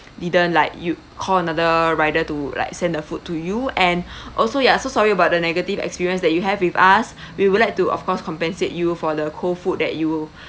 didn't like you call another rider to like send the food to you and also ya so sorry about the negative experience that you have with us we would like to of course compensate you for the cold food that you